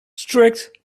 strict